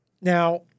Now